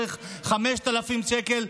צריך 5,000 שקל,